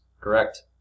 correct